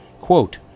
Quote